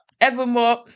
evermore